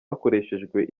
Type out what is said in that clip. hakoreshejwe